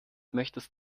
möchtest